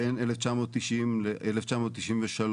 בין 1990-1993